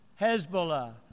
Hezbollah